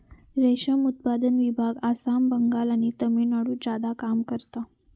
रेशम उत्पादन विभाग आसाम, बंगाल आणि तामिळनाडुत ज्यादा काम करता